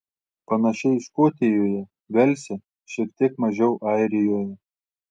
panašiai škotijoje velse šiek tiek mažiau airijoje